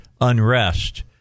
unrest